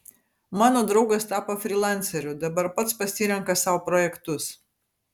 mano draugas tapo frylanceriu dabar pats pasirenka sau projektus